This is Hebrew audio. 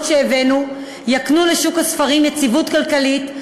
שהבאנו יקנו לשוק הספרים יציבות כלכלית,